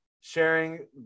sharing